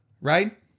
right